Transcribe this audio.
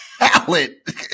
talent